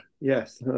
Yes